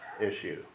issue